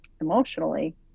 emotionally